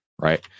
right